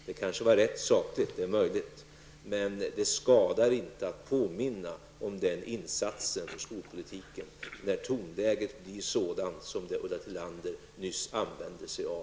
Det var kanske en sakligt riktig åtgärd, men det skadar inte att påminna om denna insats på skolpolitikens område när tonläget blir sådant som det Ulla Tillander nyss använde sig av.